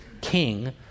king